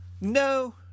No